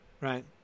right